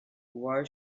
why